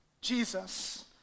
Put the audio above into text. Jesus